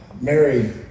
Mary